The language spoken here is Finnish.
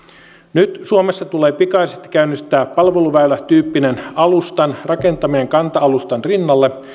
nyt suomessa tulee pikaisesti käynnistää palveluväylätyyppisen alustan rakentaminen kanta alustan rinnalle